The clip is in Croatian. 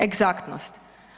Egzaktnost.